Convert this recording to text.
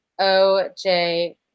OJ